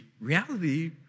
reality